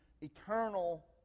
eternal